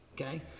Okay